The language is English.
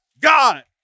God